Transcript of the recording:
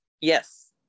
yes